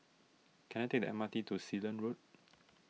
can I take the M R T to Sealand Road